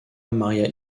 maria